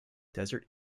desert